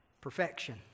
Perfection